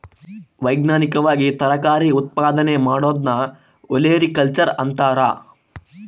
ವೈಜ್ಞಾನಿಕವಾಗಿ ತರಕಾರಿ ಉತ್ಪಾದನೆ ಮಾಡೋದನ್ನ ಒಲೆರಿಕಲ್ಚರ್ ಅಂತಾರ